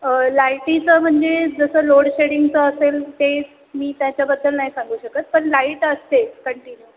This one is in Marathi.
लायटीचं म्हणजे जसं लोड शेडिंगचं असेल ते मी त्याच्याबद्दल नाही सांगू शकत पण लाईट असते कंटिन्यू